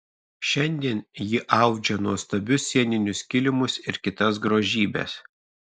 šiandien ji audžia nuostabius sieninius kilimus ir kitas grožybes